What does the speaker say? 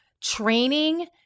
training